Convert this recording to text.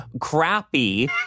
crappy